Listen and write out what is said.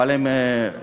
אבל הם באו,